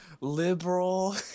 liberal